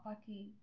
পাখি